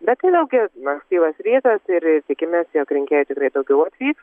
bet tai vėlgi ankstyvas rytas ir ir tikimės jog rinkėjai tikrai daugiau atvyks